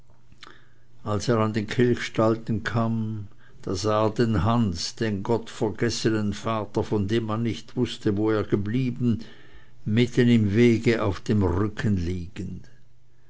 als er an den kilchstalden kam da sah er hans den gottvergessenen vater von dem man nicht wußte wo er geblieben mitten im wege auf dem rücken liegen